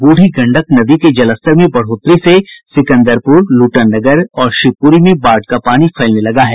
ब्रढ़ी गंडक नदी के जलस्तर में बढोतरी से सिकंदरपूर लूटन नगर और शिवपूरी में बाढ़ का पानी फैलने लगा है